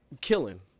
killing